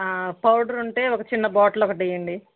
powder ఉంటే ఒక చిన్న బాటిల్ ఒకటి ఇవ్వండి